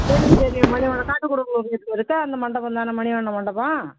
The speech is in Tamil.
தெரியும் தெரியும் மணிவண்ணன் இருக்கே அந்த மண்டபம் தானே மணிவண்ணன் மண்டபம்